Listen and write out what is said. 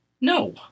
No